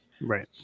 right